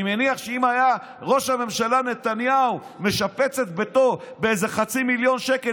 אני מניח שאם היה ראש הממשלה נתניהו משפץ את ביתו באיזה חצי מיליון שקל,